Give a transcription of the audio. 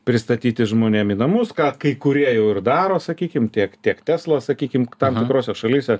pristatyti žmonėm į namus ką kai kurie jau ir daro sakykim tiek kiek tesla sakykim tam tikrose šalyse